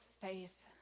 faith